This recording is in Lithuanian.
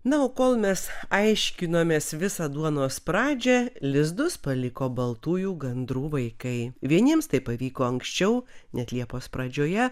na o kol mes aiškinomės visą duonos pradžią lizdus paliko baltųjų gandrų vaikai vieniems tai pavyko anksčiau net liepos pradžioje